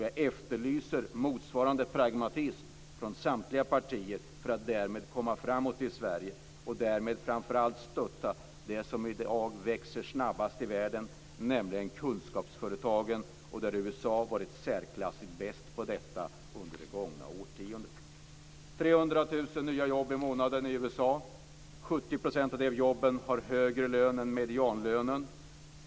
Jag efterlyser motsvarande pragmatism från samtliga partier för att därmed komma framåt i Sverige och för att framför allt stötta det som i dag växer snabbast i världen, nämligen kunskapsföretagen, vilket USA har varit särsklassigt bäst på under det gångna årtiondet. Det blir 300 000 nya jobb i månaden i USA, och 70 % av dem som har dessa jobb har högre lön än meridianlönen.